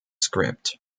script